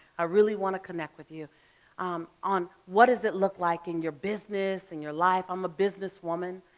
i really want to connect with you on what does it look like in your business and your life? i'm a businesswoman.